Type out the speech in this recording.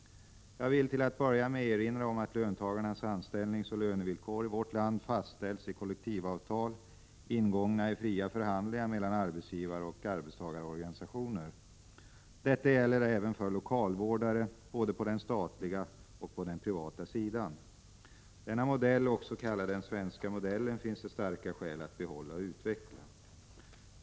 Jag vill till att börja med erinra om att löntagarnas anställningsoch lönevillkor i vårt land fastställs i kollektivavtal, ingångna i fria förhandlingar mellan arbetsgivare och arbetstagarorganisationer. Detta gäller även för lokalvårdare på både den statliga och den privata sidan. Denna modell — också kallad ”den svenska modellen” — finns det starka skäl att behålla och utveckla.